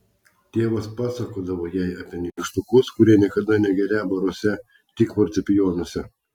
tėvas pasakodavo jai apie nykštukus kurie niekad negerią baruose tik fortepijonuose